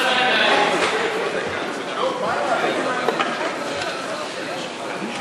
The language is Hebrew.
ב"בין הזמנים".